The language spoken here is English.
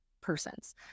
persons